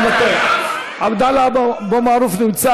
עבדאללה אבו מערוף נמצא,